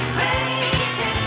Crazy